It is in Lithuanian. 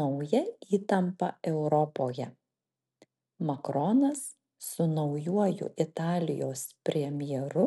nauja įtampa europoje makronas su naujuoju italijos premjeru